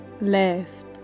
left